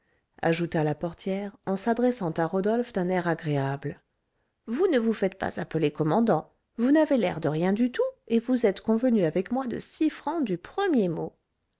ajouta la portière en s'adressant à rodolphe d'un air agréable vous ne vous faites pas appeler commandant vous n'avez l'air de rien du tout et vous êtes convenu avec moi de six francs du premier mot